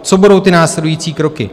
Co budou ty následující kroky?